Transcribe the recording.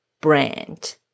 brand